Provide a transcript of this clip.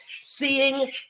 seeing